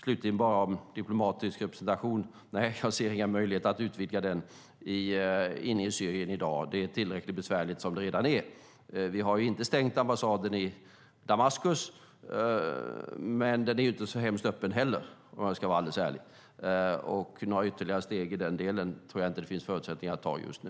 Slutligen ser jag inte några möjligheter att utvidga vår diplomatiska representation inne i Syrien i dag. Det är tillräckligt besvärligt som det redan är. Vi har inte stängt ambassaden i Damaskus, men den är heller inte så hemskt öppen om jag ska vara alldeles ärlig. Några ytterligare steg i den delen tror jag inte att det finns förutsättningar att ta just nu.